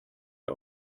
ihr